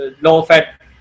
low-fat